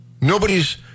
Nobody's